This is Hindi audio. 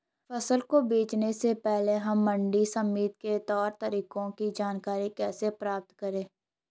फसल को बेचने से पहले हम मंडी समिति के तौर तरीकों की जानकारी कैसे प्राप्त करें?